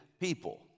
people